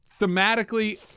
thematically